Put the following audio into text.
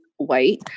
white